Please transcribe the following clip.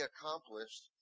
accomplished